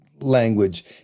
language